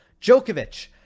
Djokovic